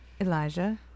Elijah